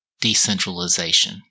decentralization